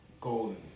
Golden